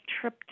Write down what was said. trip